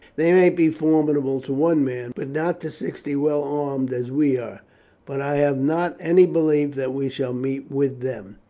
they might be formidable to one man, but not to sixty well armed as we are but i have not any belief that we shall meet with them.